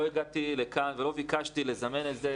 לא הגעתי לכאן ולא ביקשתי לזמן את הדיון